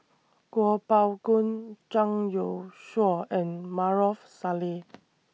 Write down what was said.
Kuo Pao Kun Zhang Youshuo and Maarof Salleh